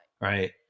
right